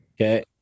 Okay